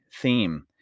theme